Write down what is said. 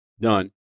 done